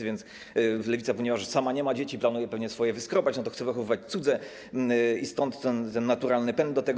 A więc Lewica, ponieważ sama nie ma dzieci, planuje pewnie swoje wyskrobać, to chce wychowywać cudze i stąd ten naturalny pęd do tego.